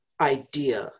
idea